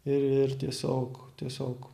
ir tiesiog tiesiog